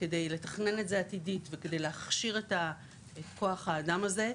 כדי לתכנן את זה עתידית וכדי להכשיר את הכוח אדם הזה,